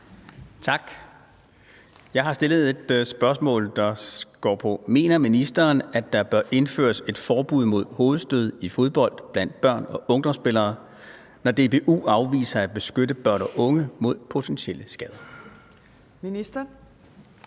Tak. Jeg har stillet et spørgsmål: Mener ministeren, at der bør indføres et forbud mod hovedstød i fodbold blandt børne- og ungdomsspillere, når DBU afviser at beskytte børn og unge mod potentielle skader? Kl.